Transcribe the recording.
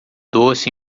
doce